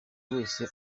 wese